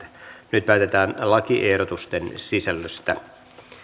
nyt päätetään lakiehdotusten sisällöstä